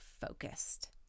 focused